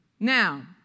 Now